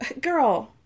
girl